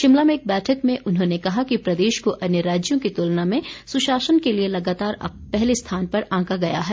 शिमला में एक बैठक में उन्होंने कहा कि प्रदेश को अन्य राज्यों की तुलना में सुशासन के लिए लगातार पहले स्थान पर आंका गया है